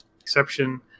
exception